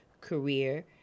career